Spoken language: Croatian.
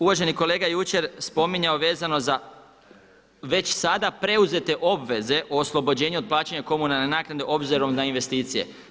Uvaženi kolega jučer spominjao vezano za već sada preuzete obveze oslobođenje od plaćanja komunalne naknade obzirom na investicije.